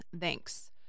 Thanks